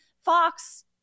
Fox